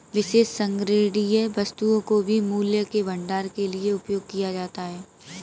विशेष संग्रहणीय वस्तुओं को भी मूल्य के भंडारण के लिए उपयोग किया जाता है